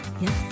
Yes